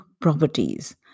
properties